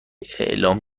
اعلام